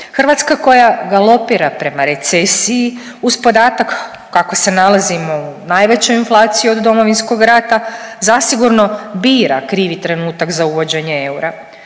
Hrvatska koja galopira prema recesiji, uz podatak kako se nalazimo u najvećoj inflaciji od Domovinskog rata zasigurno bira krivi trenutak za uvođenje eura.